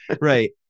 Right